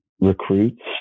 recruits